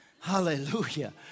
Hallelujah